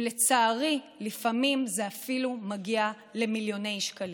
ולצערי, לפעמים זה אפילו מגיע למיליוני שקלים.